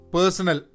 Personal